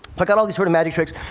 but got all these sort of magic tricks.